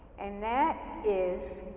and that is